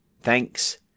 Thanks